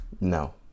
no